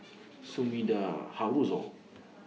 Sumida Haruzo